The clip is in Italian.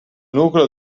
nucleo